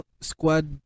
squad